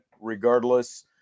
regardless